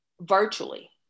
virtually